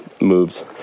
moves